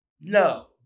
no